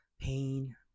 pain